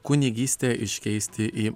kunigystę iškeisti į